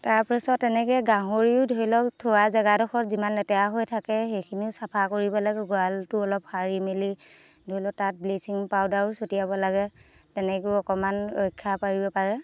তাৰ পাছত তেনেকৈ গাহৰিও ধৰি লওক থোৱা জেগাডোখৰ যিমান লেতেৰা হৈ থাকে সেইখিনিও চাফা কৰিব লাগে গঁড়ালটো ্ অলপ সাৰি মেলি ধৰি লওক তাত ব্লিচিং পাউদাৰও ছটিয়াব লাগে তেনেকৈও অকণমান ৰক্ষা পাব পাৰে